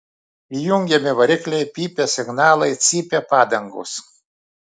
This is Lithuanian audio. įjungiami varikliai pypia signalai cypia padangos